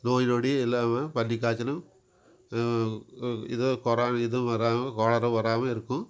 நோய் நொடி இல்லாமல் பன்றி காய்ச்சலும் இதுவும் கொர இதுவும் வராமல் கொரானா வராமல் இருக்கும்